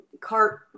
cart